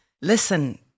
Listen